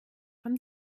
von